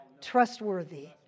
Trustworthy